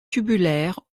tubulaires